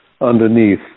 underneath